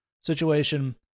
situation